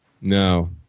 No